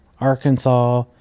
Arkansas